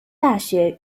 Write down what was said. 大学